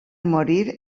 morir